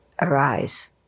arise